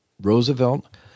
Roosevelt